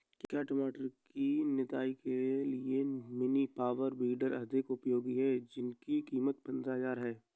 क्या टमाटर की निदाई के लिए मिनी पावर वीडर अधिक उपयोगी है जिसकी कीमत पंद्रह हजार है?